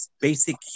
basic